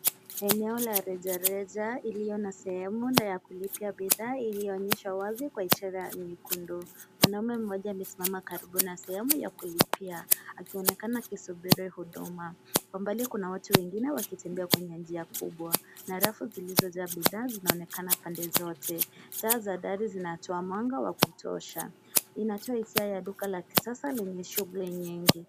Eneo la rejareja iliyo na sehemu na ya kulipia bidhaa iliyoonyeshwa wazi kwa ishara ya nyekundu. Mwanamume mmoja amesimama karibu na sehemu ya kulipia akionekana akisubiri huduma. Kwa mbali kuna watu wengine wakitembe kwenye njia kubwa na rafu zilizojaa bidhaa zinaonekana pande zote. Taa za dari zinatoa mwanga wa kutosha. Inatoa hisia la duka la kisasa lenye shughuli nyingi.